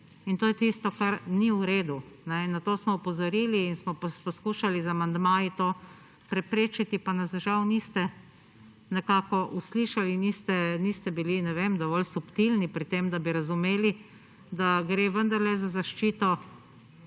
in to je tisto, kar ni v redu in na to smo opozorili in smo poskušali z amandmaji preprečiti pa nas žal niste nekako uslišali niste bili ne vem dovolj subtilni pri tem, da bi razumeli, da gre vendarle za zaščito